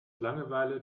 langeweile